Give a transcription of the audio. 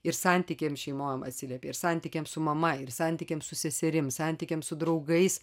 ir santykiams šeimoj atsiliepė ir santykiams su mama ir santykiams su seserim santykiams su draugais